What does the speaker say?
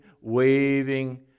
waving